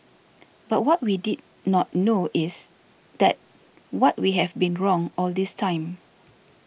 but what we did not know is that what we have been wrong all this time